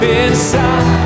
inside